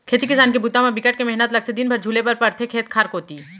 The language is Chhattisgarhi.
खेती किसान के बूता म बिकट के मेहनत लगथे दिन भर झुले बर परथे खेत खार कोती